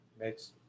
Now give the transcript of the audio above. Makes